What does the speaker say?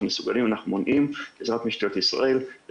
מסוגלים אנחנו מונעים בעזרת משטרת ישראל,